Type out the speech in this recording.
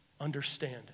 understand